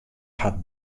hat